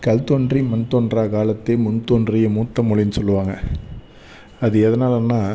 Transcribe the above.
கல் தோன்றி மண் தோன்றா காலத்தே முன் தோன்றிய மூத்த மொழின்னு சொல்வாங்க அது எதனாலேனா